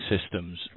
systems